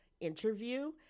interview